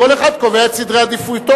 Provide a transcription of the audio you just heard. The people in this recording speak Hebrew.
כל אחד קובע את סדרי עדיפויותיו.